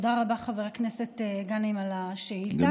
תודה רבה, חבר הכנסת גנאים, על השאילתה.